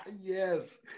Yes